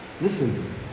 Listen